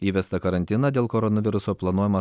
įvestą karantiną dėl koronaviruso planuojama